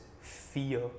fear